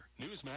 Newsmax